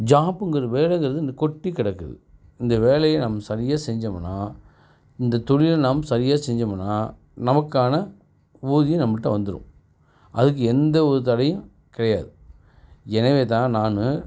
ஜாப்ங்கிறது வேலைங்கிறது இங்கே கொட்டிக்கெடக்குது இந்த வேலையை நம்ம சரியா செஞ்சோம்னா இந்த தொழிலில் நாம் சரியாக செஞ்சோம்னா நமக்கான ஊதியம் நம்மள்ட வந்துடும் அதுக்கு எந்த ஒரு தடையும் கிடையாது எனவே தான் நான்